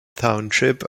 township